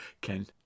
Ken